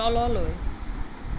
তললৈ